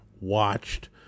watched